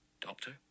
doctor